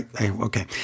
Okay